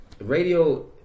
Radio